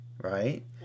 right